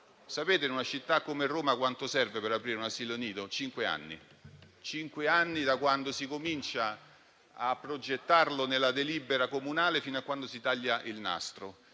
Sapete, in una città come Roma, quanto serve per aprire un asilo nido? Cinque anni, da quando si comincia a progettarlo nella delibera comunale fino a quando si taglia il nastro.